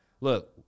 Look